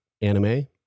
anime